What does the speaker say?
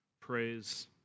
Praise